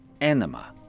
anima